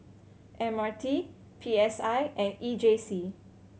M R T P S I and E J C